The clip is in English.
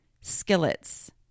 skillets